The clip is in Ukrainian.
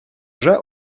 вже